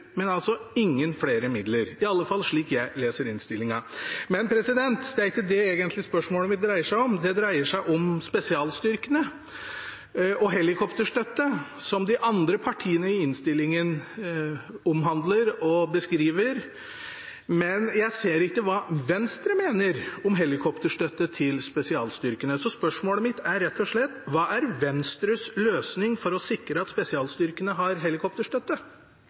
men ingen flere midler. Det er iallfall slik jeg leser innstillingen. Men det er ikke det spørsmålet mitt egentlig dreier seg om. Det dreier seg om spesialstyrkene og helikopterstøtte, som de andre partiene i innstillingen beskriver. Men jeg ser ikke hva Venstre mener om helikopterstøtte til spesialstyrkene. Så spørsmålet mitt er rett og slett: Hva er Venstres løsning for å sikre at spesialstyrkene har helikopterstøtte?